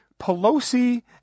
Pelosi